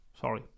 sorry